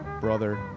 brother